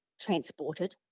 transported